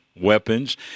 weapons